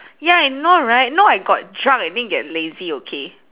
ya I know right no I got drunk I didn't get lazy okay